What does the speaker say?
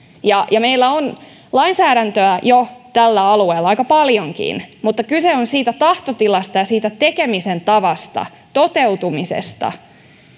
meillä on lainsäädäntöä tällä alueella jo aika paljonkin mutta kyse on siitä tahtotilasta ja siitä tekemisen tavasta toteutumisesta